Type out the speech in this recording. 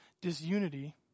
disunity